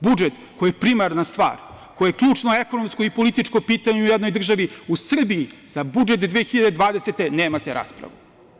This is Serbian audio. Budžet, koji je primarna stvar, koje je ključno ekonomsko i političko pitanje, u jednoj državi, u Srbiji, za budžet 2020. godine nemate raspravu.